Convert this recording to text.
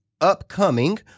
Upcoming